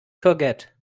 courgette